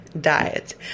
diet